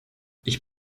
ich